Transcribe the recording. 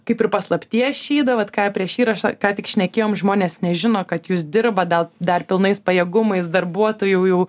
kaip ir paslapties šydą vat ką prieš įrašą ką tik šnekėjom žmonės nežino kad jūs dirbat dal dar pilnais pajėgumais darbuotojų jau